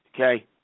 okay